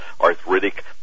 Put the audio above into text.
arthritic